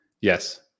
Yes